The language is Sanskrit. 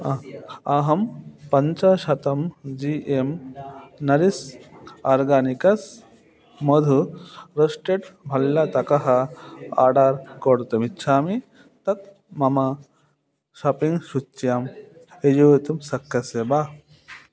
अहं पञ्चशतं जी एम् नरिस् आर्गानिकस् मधुः रोश्टेड् भल्लतकः आर्डर् कर्तुमिच्छामि तत् मम शापिङ्ग् सूच्यां योजयितुं शक्यसे वा